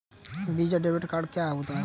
Visa debit card क्या होता है?